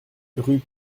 rue